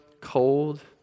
cold